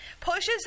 pushes